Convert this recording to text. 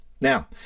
Now